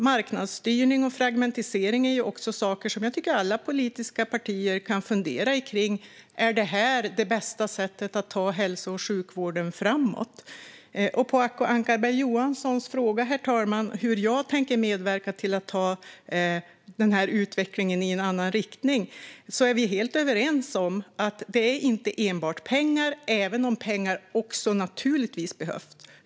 Marknadsstyrning och fragmentisering är också saker som jag tycker att alla politiska partier kan fundera på om det är det bästa sättet att ta hälso och sjukvården framåt. På Acko Ankarberg Johanssons fråga hur jag tänker medverka till att ta denna utveckling i en annan riktning kan jag säga att vi är helt överens om att det inte enbart handlar om pengar även om pengar också naturligtvis behövs.